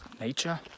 nature